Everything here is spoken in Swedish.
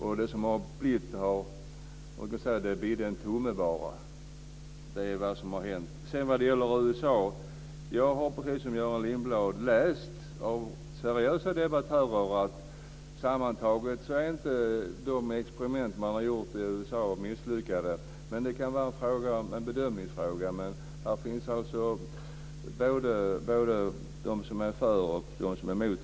Och man kan säga att det bara bidde en tumme. Det är vad som har hänt. När det gäller USA så har jag precis som Göran Lindblad läst vad seriösa debattörer har skrivit. Och sammantaget är de experiment som man har gjort i USA inte misslyckade. Men det kan vara en bedömningsfråga. Men det finns både de som är för och de som är emot.